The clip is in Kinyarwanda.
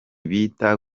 bita